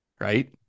Right